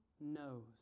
knows